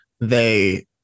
They-